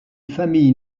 famille